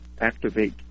activate